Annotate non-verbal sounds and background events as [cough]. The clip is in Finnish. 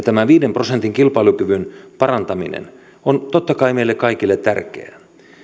[unintelligible] tämä viiden prosentin kilpailukyvyn parantaminen on totta kai meille kaikille tärkeä